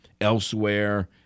elsewhere